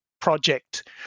project